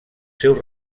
seus